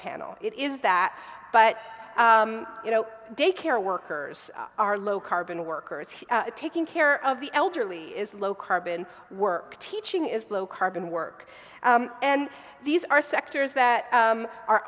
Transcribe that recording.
panel it is that but you know daycare workers are low carbon workers taking care of the elderly is low carbon work teaching is low carbon work and these are sectors that